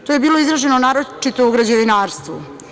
To je bilo izraženo naročito u građevinarstvu.